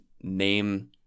name